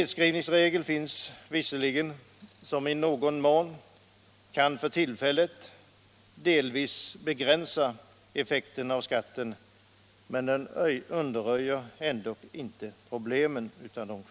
Det finns visserligen en nedskrivningsregel som för tillfället i någon mån kan begränsa effekterna av skatten, men den undanröjer ändock inte problemen.